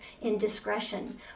indiscretion